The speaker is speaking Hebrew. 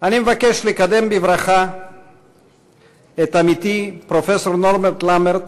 אני מבקש לקדם בברכה את עמיתי פרופסור נורברט לאמרט,